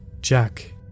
Jack